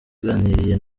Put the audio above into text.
yaganiriye